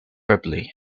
ripley